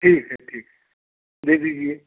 ठीक है ठीक है दे दीजिए